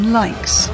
likes